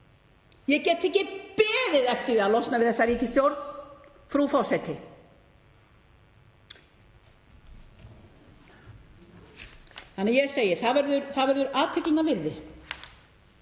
Ég get ekki beðið eftir því að losna við þessa ríkisstjórn, frú forseti, þannig að ég segi: Það verður athyglinnar virði